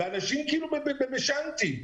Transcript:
אנשים בשאנטי.